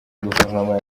guverinoma